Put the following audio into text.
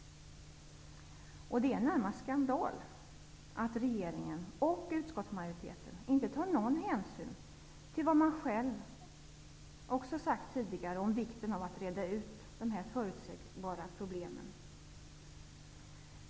Det är närmast skandal att regeringen och utskottsmajoriteten inte tar någon hänsyn till vad man också själv tidigare sagt om vikten av att reda ut dessa förutsebara problem.